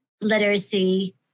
literacy